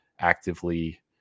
actively